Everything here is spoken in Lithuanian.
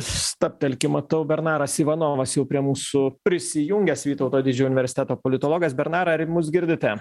stabtelkim matau bernaras ivanovas jau prie mūsų prisijungęs vytauto didžiojo universiteto politologas bernarai ar mus girdite